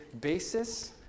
basis